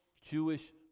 Jewish